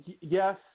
Yes